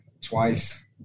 twice